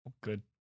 good